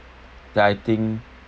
that I think